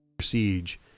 Siege